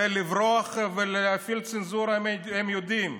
הרי לברוח ולהפעיל צנזורה הם יודעים,